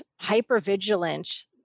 hypervigilance